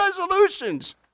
resolutions